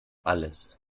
alles